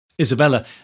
Isabella